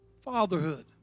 fatherhood